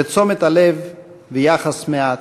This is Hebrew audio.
ותשומת הלב, ויחס מעט,